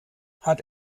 hat